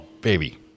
baby